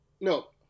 no